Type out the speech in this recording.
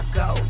go